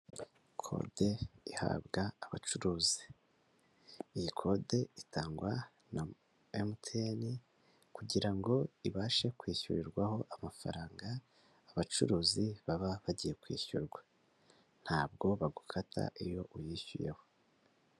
Kode ihabwa abacuruzi, iyi kode itangwa na MTN kugira ngo ibashe kwishyurirwaho amafaranga abacuruzi baba bagiye kwishyurwa; ntabwo bagukata iyo uyishyuyeho.